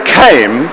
came